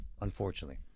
Unfortunately